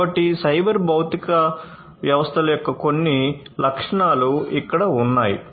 కాబట్టి సైబర్ భౌతిక వ్యవస్థల యొక్క కొన్ని లక్షణాలు ఇక్కడ ఉన్నాయి